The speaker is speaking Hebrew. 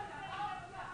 אני מקבל את זה,